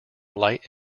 light